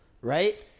right